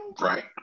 Right